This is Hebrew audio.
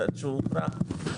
עד שהוכרע,